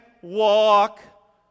walk